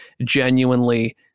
genuinely